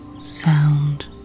sound